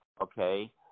Okay